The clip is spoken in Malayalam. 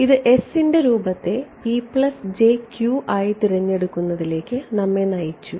ഇത് ൻറെ രൂപത്തെ ആയി തിരഞ്ഞെടുക്കുന്നതിലേക്ക് നമ്മെ നയിച്ചു